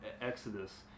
Exodus